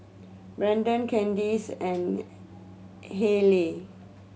Brennon Kandice and Hayleigh